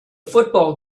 football